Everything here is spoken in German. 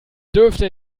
dürfte